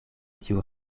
tiu